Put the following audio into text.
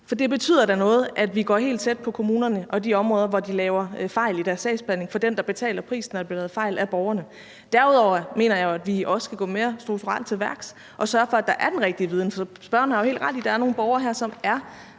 for det betyder da noget, at vi går helt tæt på kommunerne og de områder, hvor de laver fejl i deres sagsbehandling, for dem, der betaler prisen for, at der bliver lavet fejl, er borgerne. Derudover mener jeg jo, at vi også skal gå mere strukturelt til værks og sørge for, at der er den rigtige viden. Spørgeren har jo helt ret i, at der er nogle borgere her, som har